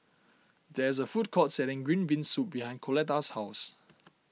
there is a food court selling Green Bean Soup behind Coletta's house